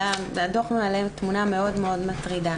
הדוח מעלה תמונה מאוד מאוד מטרידה.